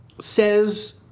says